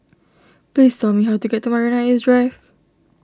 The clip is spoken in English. please tell me how to get to Marina East Drive